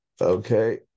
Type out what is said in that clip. Okay